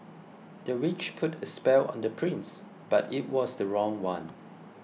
the witch put a spell on the prince but it was the wrong one